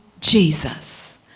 Jesus